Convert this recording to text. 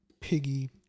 piggy